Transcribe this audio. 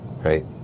right